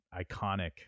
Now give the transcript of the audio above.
iconic